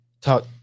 talk